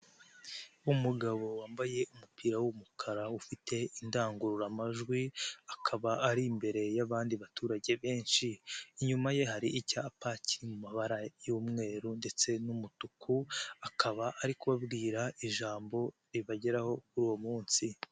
Umugabo wambaye umupira w'umukara ufite indangururamajwi akaba ari imbere y'abandi baturage benshi, inyuma ye hari icyapa kiri mu mabara y'umweru ndetse n'umutuku akaba ari kubabwira ijambo ribageraho uwo munsi.